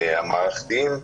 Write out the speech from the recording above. המערכתיים,